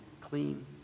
clean